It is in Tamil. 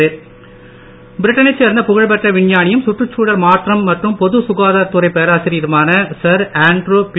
ஜிப்மர் பிரிட்டனைச் சேர்ந்த புகழ்பெற்ற விஞ்ஞானியும் சுற்றுச்சூழல் மாற்றம் மற்றும் பொது சுகாதாரத் துறைப் பேராசிரியருமான சர் ஆன்ட்ரு பி